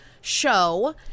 show